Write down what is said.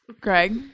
Greg